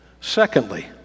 Secondly